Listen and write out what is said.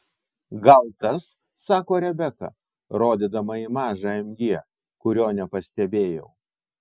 gal tas sako rebeka rodydama į mažą mg kurio nepastebėjau